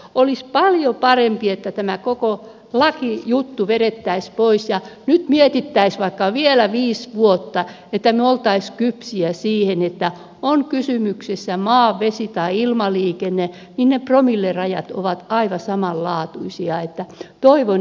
olisi paljon parempi että tämä koko lakijuttu vedettäisiin pois ja nyt mietittäisiin vaikka vielä viisi vuotta että me olisimme kypsiä siihen että on kysymyksessä maa vesi tai ilmaliikenne niin promillerajat ovat aivan samanlaatuisia